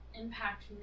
impact